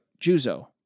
Juzo